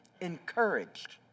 encouraged